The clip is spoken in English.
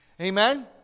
Amen